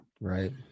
right